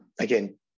again